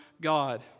God